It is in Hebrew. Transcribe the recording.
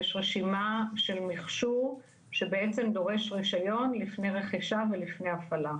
יש רשימה של מכשור שבעצם דורש רישיון לפני רכישה ולפני הפעלה.